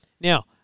Now